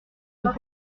fois